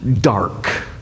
dark